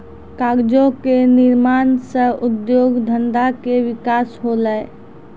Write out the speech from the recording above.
कागजो क निर्माण सँ उद्योग धंधा के विकास होलय